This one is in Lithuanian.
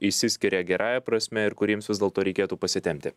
išsiskiria gerąja prasme ir kuriems vis dėlto reikėtų pasitempti